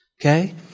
Okay